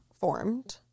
formed